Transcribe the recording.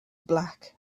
black